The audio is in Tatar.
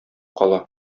кала